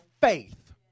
faith